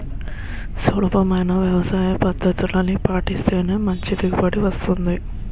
సులభమైన వ్యవసాయపద్దతుల్ని పాటిస్తేనే మంచి దిగుబడి వస్తుంది